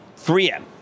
3M